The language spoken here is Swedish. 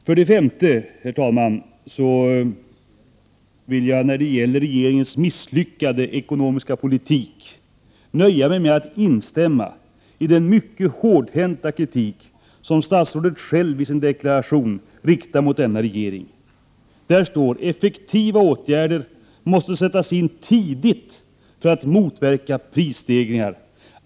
För det femte vill jag, herr talman, när det gäller regeringens misslyckade ekonomiska politik nöja mig med att instämma i den mycket hårdhänta kritik som statsrådet själv i sin deklaration riktar mot sin regering. Där står: ”Effektiva åtgärder måste sättas in tidigt för att motverka prisstegringar.